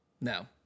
No